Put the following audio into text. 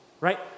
right